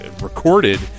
recorded